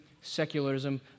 secularism